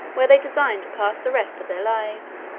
where they designed to pass the rest of their lives.